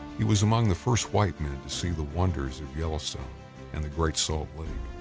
he was among the first white men to see the wonders of yellowstone and the great salt lake.